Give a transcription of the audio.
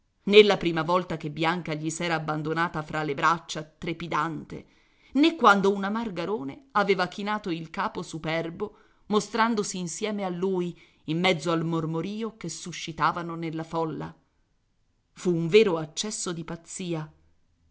la prima volta che bianca gli s'era abbandonata fra le braccia trepidante né quando una margarone aveva chinato il capo superbo mostrandosi insieme a lui in mezzo al mormorìo che suscitavano nella folla fu un vero accesso di pazzia